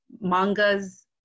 mangas